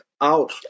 out